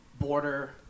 Border